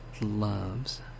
loves